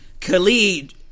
Khalid